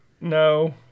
no